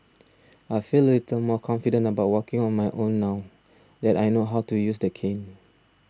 I feel a little more confident about walking on my own now that I know how to use the cane